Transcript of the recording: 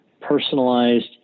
personalized